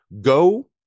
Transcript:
Go